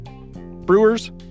Brewers